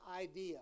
idea